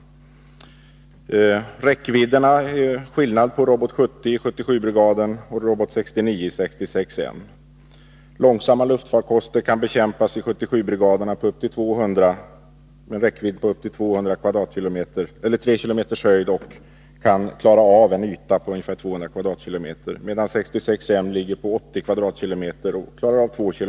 Också i fråga om räckvidderna är det skillnad mellan robot 70 i 77-brigaden och robot 69 i 66 M-brigaden. Långsamma luftfarkoster kan bekämpas i 77-brigaderna upp till en höjd av 3 km och över en yta på ungefär 200 km?, medan 66 M klarar av 2 kilometers höjd och 80 km?.